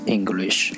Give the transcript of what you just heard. English